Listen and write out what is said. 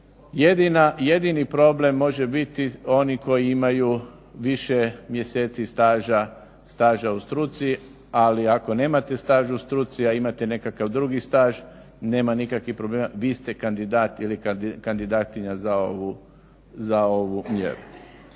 jedini problem može biti oni koji imaju više mjeseci staža u struci, ali ako nemate staž u struci, a imate nekakav drugi staž nema nikakvih problema. Vi ste kandidat ili kandidatkinja za ovu mjeru.